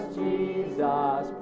jesus